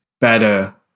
better